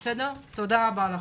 תודה רבה.